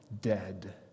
dead